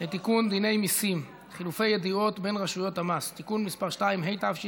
לתיקון דיני מיסים (חילופי ידיעות בין רשויות המס) (תיקון מס' 2),